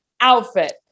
outfit